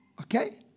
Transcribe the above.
okay